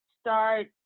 start